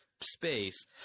space